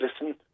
listen